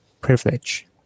privilege